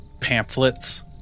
pamphlets